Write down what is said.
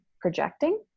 projecting